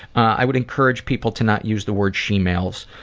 i would encourage people to not use the word shemales,